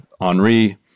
Henri